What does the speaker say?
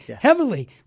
Heavily